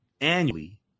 annually